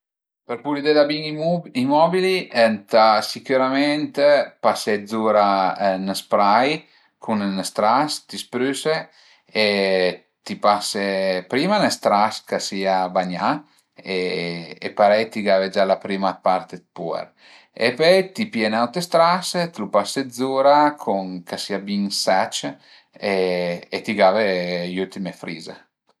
Për pulidé da bin i mobili ëntà sicürament pasé zura ün spray cun ün stras, ti sprüse e ti pase prima ün stras ch'a sia bagnà e parei ti gave gia la prima part dë puer e pöi ti pìe ün aute stras, t'lu pase zura cun, ch'a sia bin sec e ti have le ültime frize